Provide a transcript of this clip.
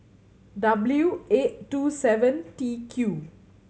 W eight two seven T Q